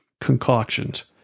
concoctions